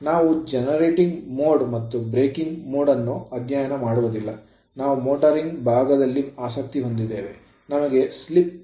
ನಾವು generating mode ಮತ್ತು braking mode ಅನ್ನು ಅಧ್ಯಯನ ಮಾಡುವುದಿಲ್ಲ ನಾವು ಮೋಟಾರಿಂಗ್ ಭಾಗದಲ್ಲಿ ಆಸಕ್ತಿ ಹೊಂದಿದ್ದೇವೆ